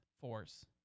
force